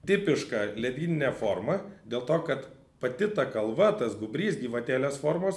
tipiška ledyninė forma dėl to kad pati ta kalva tas gūbrys gyvatėlės formos